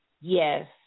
Yes